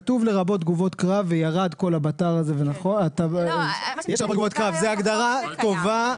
כתוב לרבות תגובות קרב, זו הגדרה טובה,